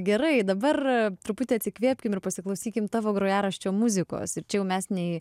gerai dabar truputį atsikvėpkim ir pasiklausykim tavo grojaraščio muzikos ir čia mes nei